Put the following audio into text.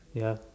ya